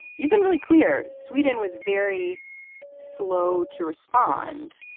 you've been really clear. sweden was very slow to respond.